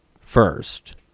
first